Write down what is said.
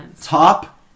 Top